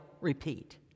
Repeat